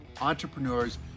entrepreneurs